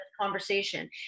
conversation